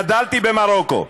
גדלתי במרוקו.